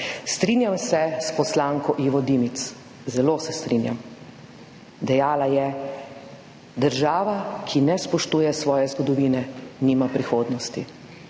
strinjam se s poslanko Ivo Dimic, zelo se strinjam, dejala je: »Država, ki ne spoštuje svoje zgodovine, nima prihodnosti.«